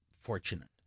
fortunate